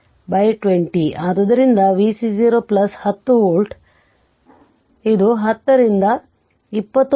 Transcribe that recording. ಆದ್ದರಿಂದ vc 0 10 volt ಆದ್ದರಿಂದ 10 ರಿಂದ 20